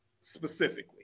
specifically